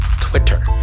Twitter